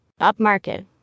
Upmarket